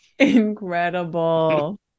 Incredible